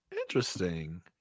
Interesting